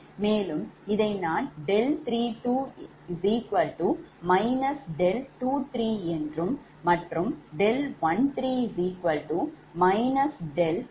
மேலும் இதை நான் 32 23 என்றும் மற்றும் 13 31 என எடுத்துக்கொள்கிறோம்